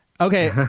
Okay